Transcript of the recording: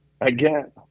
again